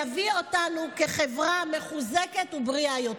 יביא אותנו כחברה מחוזקת ובריאה יותר.